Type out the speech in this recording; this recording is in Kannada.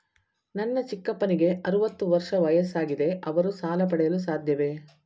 ನನ್ನ ಚಿಕ್ಕಪ್ಪನಿಗೆ ಅರವತ್ತು ವರ್ಷ ವಯಸ್ಸಾಗಿದೆ ಅವರು ಸಾಲ ಪಡೆಯಲು ಸಾಧ್ಯವೇ?